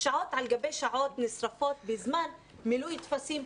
הרי כל ילד זה לא פס ייצור.